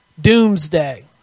Doomsday